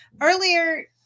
earlier